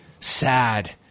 sad